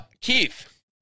Keith